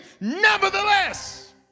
Nevertheless